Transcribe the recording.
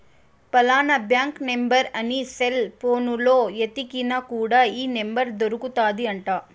ఫలానా bank number అని cell పోనులో ఎతికిన కూడా ఈ నెంబర్ దొరుకుతాది అంట